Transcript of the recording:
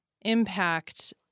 impact